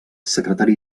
secretari